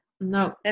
no